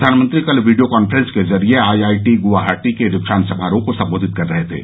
प्रधानमंत्री कल video conference के जरिए आईआईटी ग्वाहाटी के दीक्षान्त समारोह को संबोधित कर रहे थे